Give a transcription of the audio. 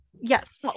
Yes